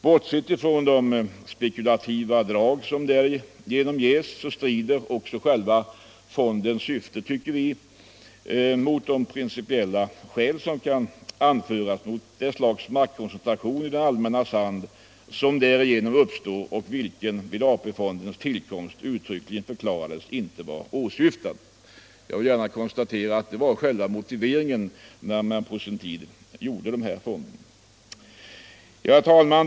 Brotsett från att de spekulativa drag som därigenom ges fonden strider mot fondens syfte kan starka principiella skäl anföras mot det slags maktkoncentration i det allmännas hand som uppstår och vilken vid AP-fondens tillkomst uttryckligen förklarades inte vara åsyftad. Jag vill gärna konstatera att det var själva motiveringen, när man på sin tid skapade denna fond. Herr talman!